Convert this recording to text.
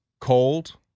cold